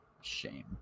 Shame